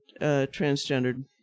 transgendered